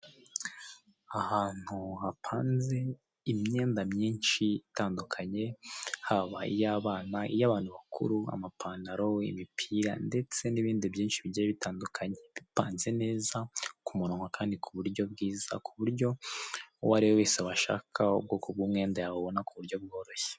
Ahantu hapanze imyenda myinshi haba iy'abana iy'abantu bakuru, amapantaro, imipira ndetse n'ibindi binshi bigiye bitandukanye. Bipanze neza ku muronko kandi kuburyo bwiza ku buryo uwo ariwe wese washaka ubwoko bw'umwenda yawubona ku buryo bworoshye.